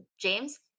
James